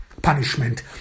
punishment